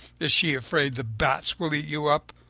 is she afraid the bats will eat you up?